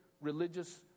religious